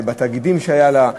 בתאגידים שהיו לה.